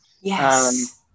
Yes